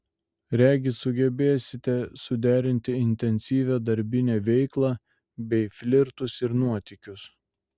regis sugebėsite suderinti intensyvią darbinę veiklą bei flirtus ir nuotykius